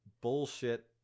bullshit